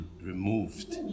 removed